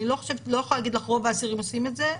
אני לא יכולה להגיד לך שרוב האסירים עושים את זה.